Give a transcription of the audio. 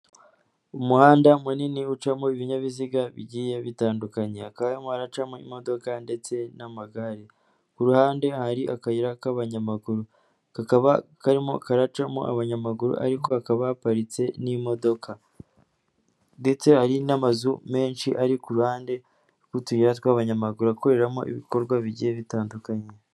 Umuhanda munini ucamo ibinyabiziga bigiye bitandukanye, hakaba harimo haracamo imodoka ndetse n'amagare. Kuruhande ahari akayira k'abanyamaguru kakaba karimo karacamo abanyamaguru ariko hakaba haparitse n'imodoka, ndetse hari n'amazu menshi ari kuru ruhande rw'utuyira tw'abanyamaguru akoreramo ibikorwa bigiye bitandukanye.